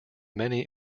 many